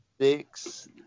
six –